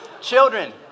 Children